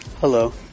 Hello